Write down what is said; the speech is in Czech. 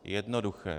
Jednoduché.